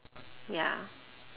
ya